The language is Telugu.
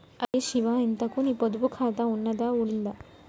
అరే శివా, ఇంతకూ నీ పొదుపు ఖాతా ఉన్నదా ఊడిందా